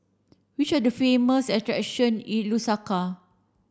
which are the famous attractions in Lusaka